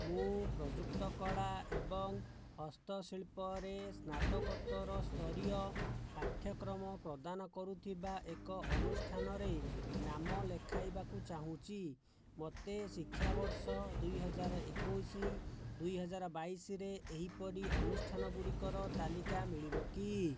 ମୁଁ ପ୍ରଯୁକ୍ତ କଳା ଏବଂ ହସ୍ତଶିଳ୍ପରେ ସ୍ନାତକୋତ୍ତରସ୍ତରୀୟ ପାଠ୍ୟକ୍ରମ ପ୍ରଦାନ କରୁଥିବା ଏକ ଅନୁଷ୍ଠାନରେ ନାମ ଲେଖାଇବାକୁ ଚାହୁଁଛି ମୋତେ ଶିକ୍ଷାବର୍ଷ ଦୁଇ ହଜାର ଏକୋଇଶ ଦୁଇ ହଜାର ବାଇଶରେ ଏହିପରି ଅନୁଷ୍ଠାନ ଗୁଡ଼ିକର ତାଲିକା ମିଳିବ କି